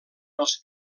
els